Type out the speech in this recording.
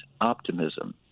optimism